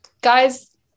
guys